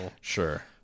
Sure